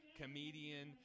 comedian